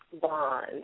Bond